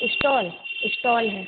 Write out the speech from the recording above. stall install है